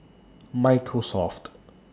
Microsoft